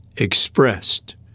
Expressed